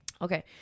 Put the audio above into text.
Okay